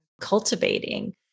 cultivating